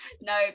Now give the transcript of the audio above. No